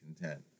content